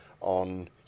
on